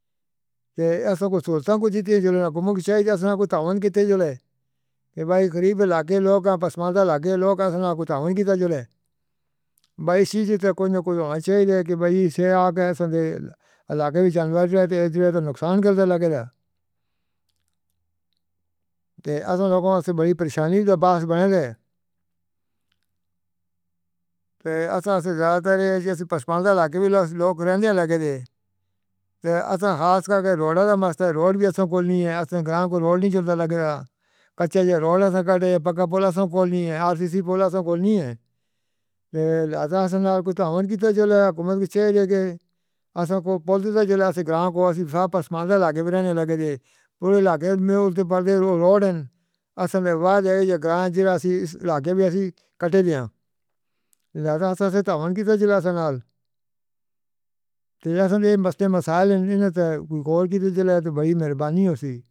تے اسیں کوئی سلطان کچھ نہیں تے جولھے سرکار کچھ چاہیدی اسیں کچھ تواں دے کیتے جولھے بھائی غریب علاقے لوک پنج پرگتی علاقے لوک اسیں کچھ تواں دے کیتے جولھے۔ بھئی چیز تاں کوئی نہ کوئی ہونا چاہیدا کہ بھئی سو آ کے اسیں تے علاقے چندوار جائے تو اس طرحے تاں نقصان کردا لگدا۔ تے اصلیں تاں وڈی پریشانی تاں بات بنل اے۔ تے اسیں زیادہ تر پنج پرگتی علاقے دے لوک رہندے لگے تے۔ اسیں خاص کر کے روڈ تے روڈ وی نہیں اے۔ اسیں گاؤں کو روڈ نہیں لگ رہا۔ کٹے روڈ پے پکا پل ساں کول نہیں اے۔ آر ٹی سی پل اسیں کول نہیں اے۔ تو اسیں تانبا کیتا جھیلا؟ سرکار کچھ چاہیدا کہ اسیں کو پل تو اسیں گاؤں کو اسیں پاس پنج پرگتی علاقے وچ رہن لگے تھے۔ پورے علاقے وچ اوس پے روڈ اے۔ اساں وچ بوہت سارے گاں جئے علاقے وی کٹے گئے ہن۔ تو اسیں تاوݨ کیتے جالے اسیں ناں۔ تے اسیں تے مست مسلین تاں کوئی تے دی بجائے تو بھئی مہربانی ہووی۔